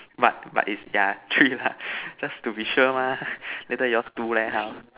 but but is there are three lah just to be sure mah later yours two leh how